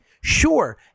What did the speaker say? Sure